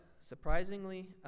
surprisingly